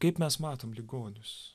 kaip mes matom ligonius